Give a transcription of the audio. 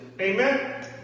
Amen